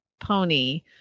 pony